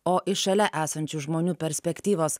o iš šalia esančių žmonių perspektyvos